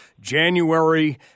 January